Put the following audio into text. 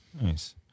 nice